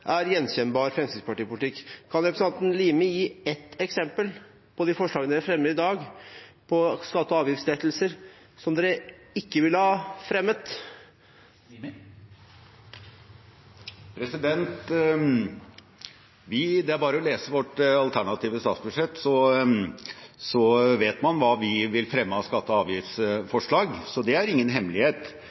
er derimot gjenkjennbar Fremskrittsparti-politikk. Kan representanten Limi gi ett eksempel blant de forslagene de fremmer i dag, på skatte- og avgiftslettelser de ikke ville ha fremmet? Det er bare å lese vårt alternative statsbudsjett, så vet man hva vi vil fremme av skatte- og avgiftsforslag. Det er ingen hemmelighet.